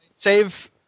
Save